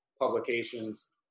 publications